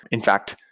in fact,